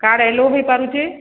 card allow ହେଇପାରଛେ